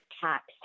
tax